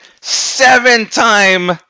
seven-time